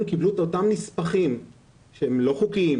קיבלו את אותם נספחים שהם לא חוקיים,